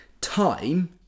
time